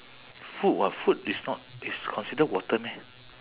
food [what] food it's not it's consider water meh